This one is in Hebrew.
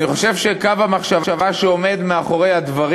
אני חושב שקו המחשבה שעומד מאחורי הדברים